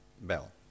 bell